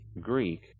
Greek